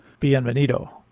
Bienvenido